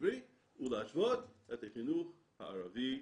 הממלכתי-עברי ולהשוות את החינוך הערבי